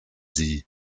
sie